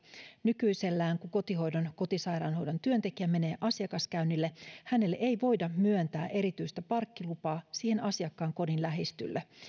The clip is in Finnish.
nykyisellään kun kotihoidon kotisairaanhoidon työntekijä menee asiakaskäynnille hänelle ei voida myöntää erityistä parkkilupaa siihen asiakkaan kodin lähistölle